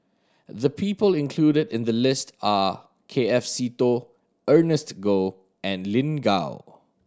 the people included in the list are K F Seetoh Ernest Goh and Lin Gao